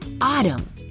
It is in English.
Autumn